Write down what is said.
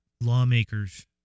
lawmakers